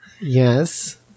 Yes